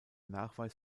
nachweis